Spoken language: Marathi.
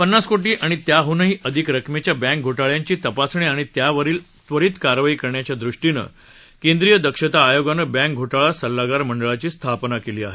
पन्नास कोटी आणि त्यांहूनही अधिक रक्कमेच्या बँक घोटाळयांची तपासणी आणि त्यावर त्वरीत कारवाई करण्याच्या दृष्टीनं केंद्रिय दक्षता आयोगानं बँक घोटाळा सल्लागार मंडळाची स्थापन केली आहे